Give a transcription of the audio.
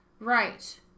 Right